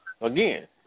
again